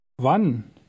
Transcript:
Wann